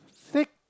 thick